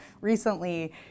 recently